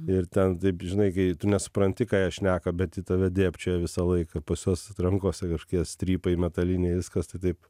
ir ten taip žinai kai tu nesupranti ką jie šneka bet į tave dėbčioja visą laiką pas juos trankosi kažkokie strypai metaliniai viskas tai taip